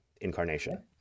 incarnation